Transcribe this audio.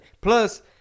plus